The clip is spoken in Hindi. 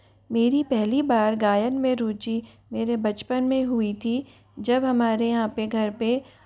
मेरी पहली बार गायन में रुचि मेरे बचपन में हुई थी जब हमारे यहाँ पे घर पे